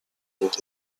things